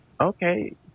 okay